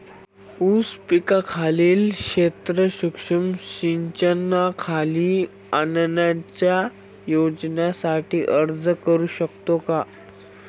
ऊस पिकाखालील क्षेत्र सूक्ष्म सिंचनाखाली आणण्याच्या योजनेसाठी अर्ज करू शकतो का?